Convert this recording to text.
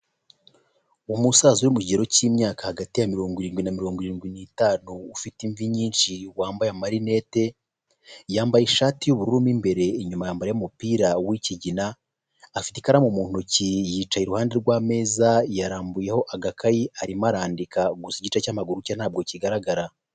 Umusaza uri mu kigero cy'imyaka hagati ya mirongo irindwi na mirongo irindwi n'itanu ufite imvi nyinshi wambaye amarinete, yambaye ishati y'ubururu mu imbere inyuma yambaye umupira w'ikigina, afite ikaramu mu ntoki yicaye i ruhande rw'ameza yarambuyeho agakayi arimo arandika gusa igice cy'amaguru cye ntabwo kigaragara.